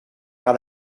par